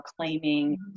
claiming